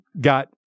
got